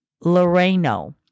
Loreno